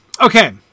Okay